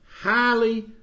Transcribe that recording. highly